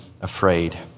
afraid